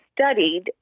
studied